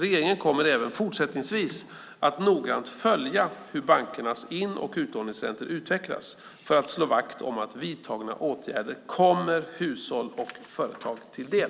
Regeringen kommer även fortsättningsvis att noggrant följa hur bankernas in och utlåningsräntor utvecklas för att slå vakt om att vidtagna åtgärder kommer hushåll och företag till del.